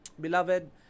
Beloved